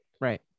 Right